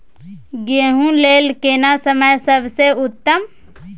गेहूँ लेल केना समय सबसे उत्तम?